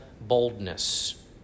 boldness